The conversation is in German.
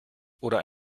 oder